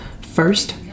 First